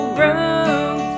room